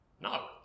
No